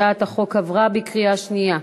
הצעת החוק עברה בקריאה שנייה.